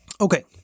Okay